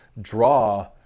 draw